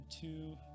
two